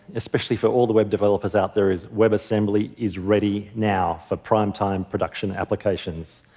especially for all the web developers out there, is webassembly is ready now for prime time production applications.